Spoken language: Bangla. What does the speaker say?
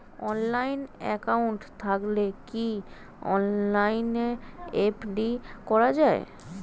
অনলাইন একাউন্ট থাকলে কি অনলাইনে এফ.ডি করা যায়?